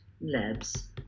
labs